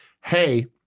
hey